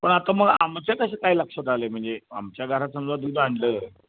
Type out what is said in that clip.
पण आता मग आमच्या कसं काय लक्षात आलं आहे म्हणजे आमच्या घरात समजा दूध आणलं आहे